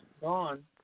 gone